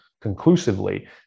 conclusively